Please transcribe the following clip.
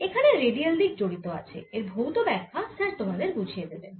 এখানে রেডিয়াল দিক জড়িত আছে এর ভৌত ব্যাখ্যা স্যার তোমাদের বুঝিয়ে দেবেন